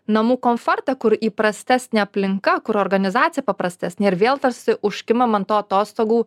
namų komforte kur įprastesnė aplinka kur organizacija paprastesnė ir vėl tarsi užkimbam ant to atostogų